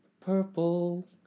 purple